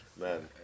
man